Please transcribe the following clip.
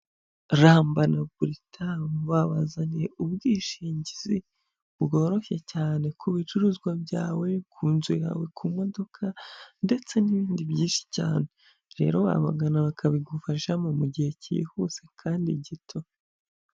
Ramba na Buritamu babazaniye ubwishingizi bworoshye cyane ku bicuruzwa byawe, ku nzu yawe, ku modoka ndetse n'ibindi byinshi cyane, rero wabagana bakabigufashamo mu gihe cyihuse kandi gito.